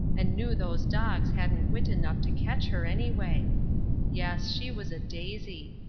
and knew those dogs hadn't wit enough to catch her, anyway. yes, she was a daisy!